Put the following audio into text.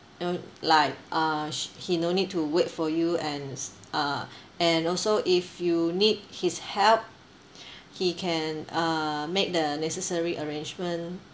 uh like uh sh~ he no need to wait for you and s~ uh and also if you need his help he can uh make the necessary arrangement